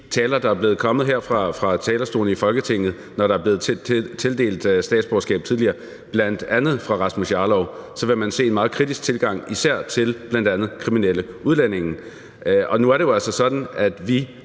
de taler, der er kommet her fra talerstolen i Folketinget, når der er blevet tildelt statsborgerskab tidligere, bl.a. fra Rasmus Jarlov, vil han se en meget kritisk tilgang til især bl.a. kriminelle udlændinge. Og nu er det jo altså sådan, at vi,